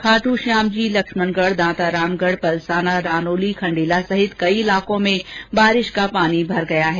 खाट्श्यामजी लक्ष्मणगढ़ दांतारामगढ़ पलसाना रानोली खंडेला सहित कई इलाको में बारिश का पानी भर गया है